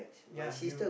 ya you